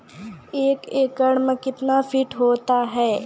एक एकड मे कितना फीट होता हैं?